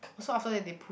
so after that they p~